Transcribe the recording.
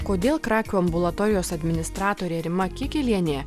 kodėl krakių ambulatorijos administratorė rima kikilienė